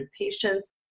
patients